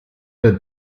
der